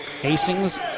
Hastings